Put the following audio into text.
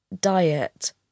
diet